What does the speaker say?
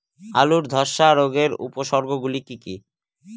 আলুর ধ্বসা রোগের উপসর্গগুলি কি কি?